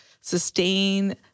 sustain